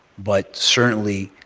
but certainly,